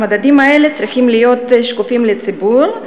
המדדים האלה צריכים להיות שקופים לציבור,